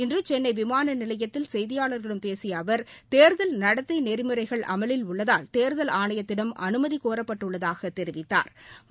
இன்று சென்னை விமான நிலையத்தில் செய்தியாளர்களிடம் பேசிய அவர் தேர்தல் நடத்தை நெறிமுறைகள் அமலில் உள்ளதால் தேர்தல் ஆணையத்திடம் அனுமதி கோரப்பட்டுள்ளதாகத் தெிவித்தாா்